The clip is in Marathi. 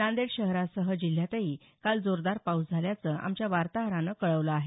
नांदेड शहरासह जिल्ह्यातही काल जोरदार पाऊस झाल्याचं आमच्या वार्ताहरानं कळवलं आहे